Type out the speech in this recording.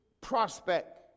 prospect